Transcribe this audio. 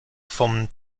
von